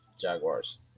Jaguars